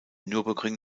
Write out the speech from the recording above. nürburgring